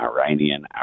Iranian